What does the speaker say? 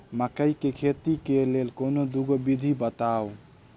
मकई केँ खेती केँ लेल कोनो दुगो विधि बताऊ?